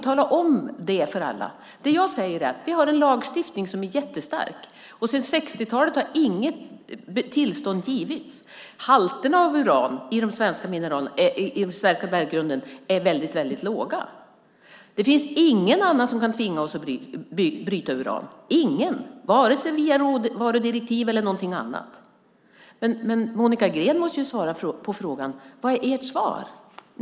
Tala om det för alla! Det jag säger är att vi har en lagstiftning som är jättestark. Sedan 60-talet har inget tillstånd givits. Halterna av uran i den svenska berggrunden är väldigt låga. Det finns ingen annan som kan tvinga oss att bryta uran - ingen, vare sig via råvarudirektiv eller någonting annat. Men Monica Green måste svara på frågan. Vad är ert svar?